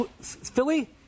Philly